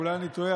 ואולי אני טועה,